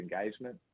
engagement